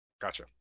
Gotcha